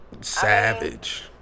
Savage